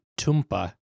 Tumpa